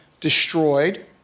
destroyed